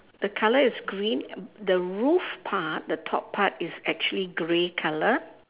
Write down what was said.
the colour is green the roof part the top part is actually grey colour